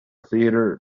theatre